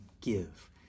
give